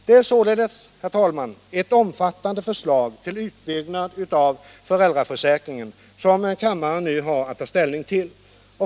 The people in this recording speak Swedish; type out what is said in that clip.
Det är således, herr talman, ett omfattande förslag till utbyggnad av föräldraförsäkringen som kammaren nu har att ta ställning till.